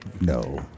No